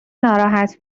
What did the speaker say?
ناراحت